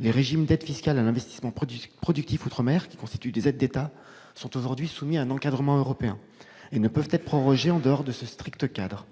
les régimes d'aide fiscale à l'investissement productif en outre-mer, qui constituent des aides d'État, sont aujourd'hui soumis à un encadrement européen et ne peuvent être prorogés en dehors de ce strict cadre.